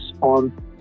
on